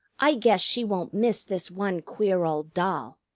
i guess she won't miss this one queer old doll.